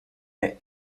der